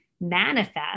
manifest